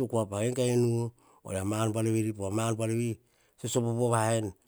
upas, ka eng a inu oria mar bua veri, mar buar veri tsa sopo pa va yen.